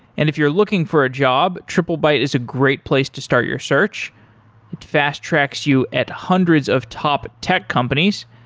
and if you're looking for a job, triplebyte is a great place to start your search, it fast-tracks you at hundreds of top tech companies.